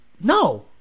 no